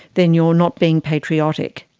then you are not being patriotic.